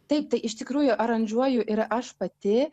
taip tai iš tikrųjų aranžuoju ir aš pati